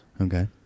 Okay